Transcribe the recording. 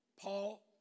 Paul